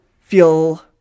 feel